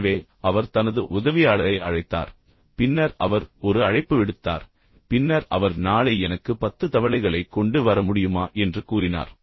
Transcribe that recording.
எனவே அவர் தனது உதவியாளரை அழைத்தார் பின்னர் அவர் ஒரு அழைப்பு விடுத்தார் பின்னர் அவர் நாளை எனக்கு பத்து தவளைகளை கொண்டு வர முடியுமா என்று கூறினார்